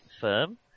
firm